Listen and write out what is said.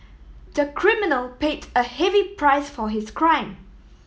the criminal paid a heavy price for his crime